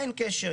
אין קשר.